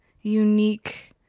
unique